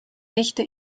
dichte